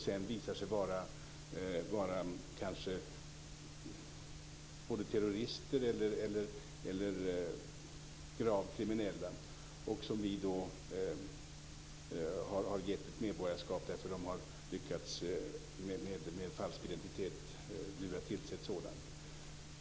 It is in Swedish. De visar sig sedan kanske vara terrorister eller gravt kriminella, och vi har gett ett medborgarskap därför att de med falsk identitet har lyckats lura till sig ett sådant.